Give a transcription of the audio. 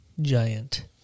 giant